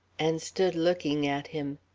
and stood looking at him.